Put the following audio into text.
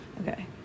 okay